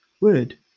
Word